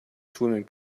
swimming